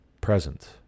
present